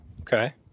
okay